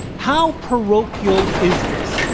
how parochial is this?